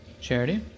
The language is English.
charity